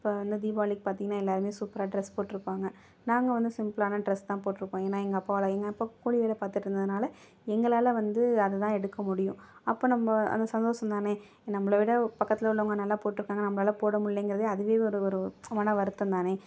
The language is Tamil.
இப்போ வந்து தீபாவளிக்கு பார்த்திங்னா எல்லாேருமே சூப்பராே டிரஸ் போட்டிருப்பாங்க நாங்கள் வந்து சிம்பிள்லாக டிரஸ் தான் போட்டிருப்போம் ஏன்னால் எங்கள் அப்பாவால் எங்கள் அப்பா கூலி வேலை பார்த்துட்டு இருந்ததுனால் எங்களால் வந்து அதை தான் எடுக்க முடியும் அப்போ நம்ம அந்த சந்தோஷம் தானே நம்மளைவிட பக்கத்தில் உள்ளவங்க நல்லா போட்டிருக்காங்க நம்மளால போட முடில்லங்குறதே அதுவே ஒரு ஒரு மன வருத்தம் தானே